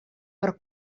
per